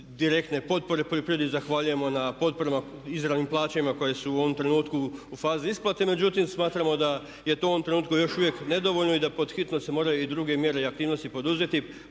direktne potpore, poljoprivredi zahvaljujemo na potporama, izravnim plaćanjima koje su u ovom trenutku u fazi isplate, međutim smatramo da je to u ovom trenutku još uvijek nedovoljno i da pod hitno se moraju i druge mjere i aktivnosti poduzeti